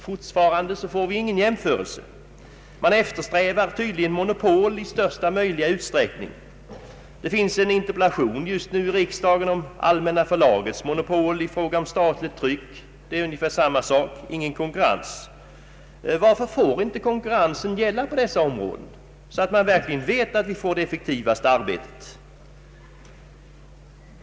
Fortfarande får vi ingen jämförelse. Man eftersträvar tydligen monopol i största möjliga utsträckning. Det föreligger en interpellation just nu i riksdagen om Allmänna förlagets monopol i fråga om statligt tryck. Här är det samma sak — ingen konkurrens. Varför får inte konkurrensen gälla på dessa områden, så att man verkligen vet att vi får det effektivaste arbetet?